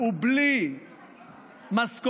הוא בלי משכורת,